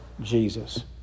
Jesus